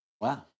Wow